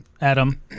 Adam